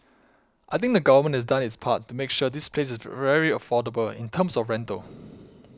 I think the government has done its part to make sure this place is very affordable in terms of rental